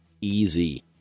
Easy